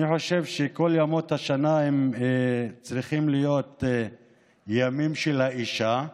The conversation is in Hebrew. אני חושב שכל ימות השנה צריכים להיות ימים של האישה.